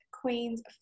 Queen's